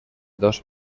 dos